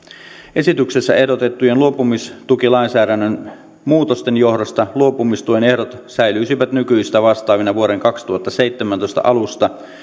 esityksessä ehdotettujen luopumistukilainsäädännön muutosten johdosta luopumistuen ehdot säilyisivät nykyistä vastaavina vuoden kaksituhattaseitsemäntoista alusta